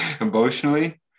emotionally